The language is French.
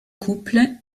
couples